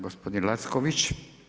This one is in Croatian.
Gospodin Lacković.